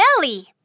belly